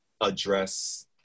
address